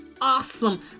awesome